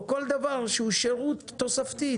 או כל דבר שהוא שירות תוספתי.